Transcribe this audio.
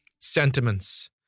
sentiments